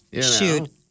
shoot